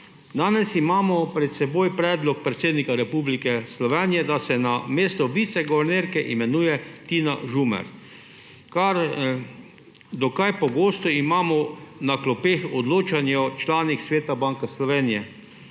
Danes imamo pred seboj predlog predsednika Republike Slovenije, da se na mesto viceguvernerke imenuje Tina Žumer. Dokaj pogosto imamo na klopeh odločanje o članih Sveta Banke Slovenije.